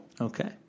Okay